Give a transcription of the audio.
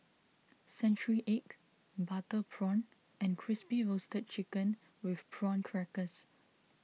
Century Egg Butter Prawn and Crispy Roasted Chicken with Prawn Crackers